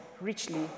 richly